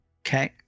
Okay